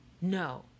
No